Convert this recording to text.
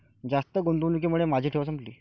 जास्त गुंतवणुकीमुळे माझी ठेव संपली